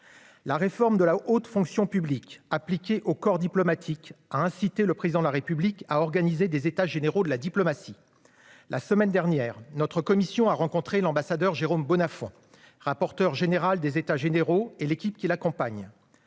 la réforme de la haute fonction publique au corps diplomatique a incité le Président de la République à organiser des États généraux de la diplomatie. La semaine dernière, notre commission a rencontré l'ambassadeur Jérôme Bonnafont, rapporteur général des États généraux, et son équipe, qui nous ont